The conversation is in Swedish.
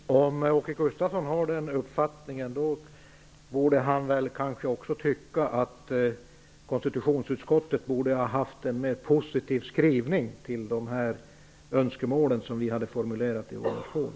Herr talman! Om Åke Gustavsson har den uppfattningen, borde han väl också tycka att konstitutionsutskottet borde ha skrivit mera positivt om önskemålen som vi hade formulerat i vår motion.